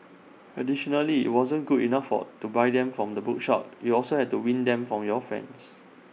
additionally IT wasn't good enough for to buy them from the bookshop you also had to win them from your friends